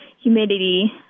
humidity